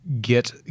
get